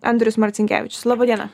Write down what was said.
andrius marcinkevičius laba diena